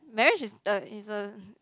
marriage is a is a